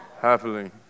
Happily